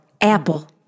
Apple